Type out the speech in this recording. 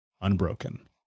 unbroken